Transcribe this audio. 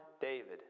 David